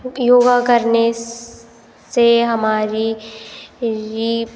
योगा करने से हमारी